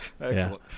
Excellent